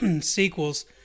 sequels